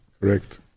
Correct